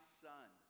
son